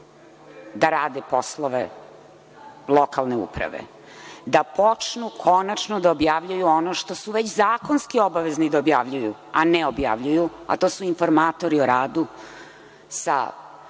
da rade poslove lokalne uprave, da počnu konačno ono što su zakonski obavezni da objavljuju, a ne objavljuju, a to su informatori o radu sa